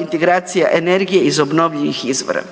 integracija energije iz obnovljivih izvora.